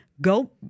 Go